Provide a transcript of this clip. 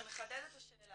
אני מחדדת את השאלה.